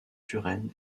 turenne